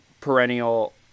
perennial